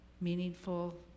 meaningful